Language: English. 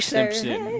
Simpson